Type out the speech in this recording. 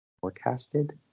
Forecasted